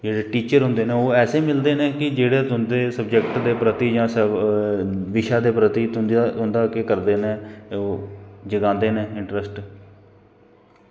जेह्ड़े टीचर होंदे न ओह् ऐसे मिलदे न कि जेह्ड़े तुं'दे सब्जैक्ट दे प्रति जां बिशे दे प्रति तुं'दा केह् करदे न ओह् जगांदे न इंट्रस्ट